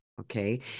Okay